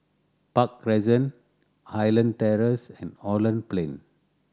Park Crescent Highland Terrace and Holland Plain